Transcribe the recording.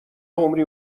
عمری